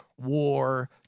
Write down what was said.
war